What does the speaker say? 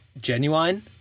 genuine